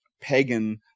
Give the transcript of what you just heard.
pagan